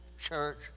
church